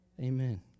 Amen